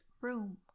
room